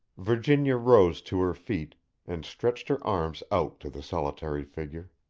virginia rose to her feet and stretched her arms out to the solitary figure.